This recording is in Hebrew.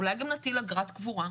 אולי גם נטיל אגרת קבורה?